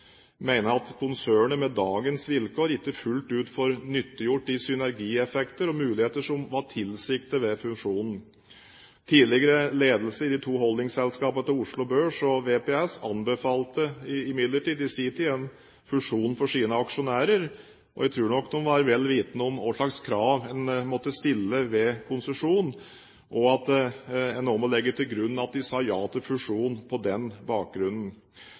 at konsernet med dagens vilkår ikke fullt ut får nyttiggjort de synergieffekter og muligheter som var tilsiktet ved fusjonen. Tidligere ledelse i de to holdingsselskapene Oslo Børs og VPS anbefalte imidlertid i sin tid en fusjon for sine aksjonærer. Jeg tror nok de var vel vitende om hva slags krav en måtte stille ved konsesjon, og at en også må legge til grunn at de sa ja til fusjon på den bakgrunnen.